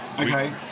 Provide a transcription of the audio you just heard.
Okay